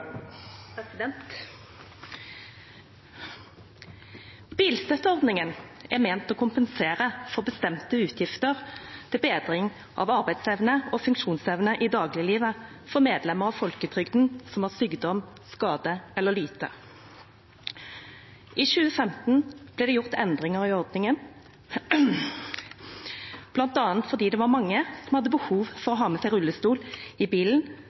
vedteke. Bilstøtteordningen er ment å kompensere for bestemte utgifter til bedring av arbeidsevne og funksjonsevne i dagliglivet for medlemmer av Folketrygden som har sykdom, skade eller lyte. I 2015 ble det gjort endringer i ordningen, bl.a. fordi mange som hadde behov for å ha med seg rullestol i bilen,